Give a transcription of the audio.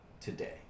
today